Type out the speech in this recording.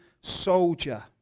soldier